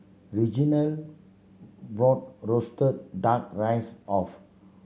Reginal bought roasted Duck Rice of